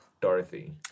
Dorothy